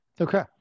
Okay